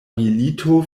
milito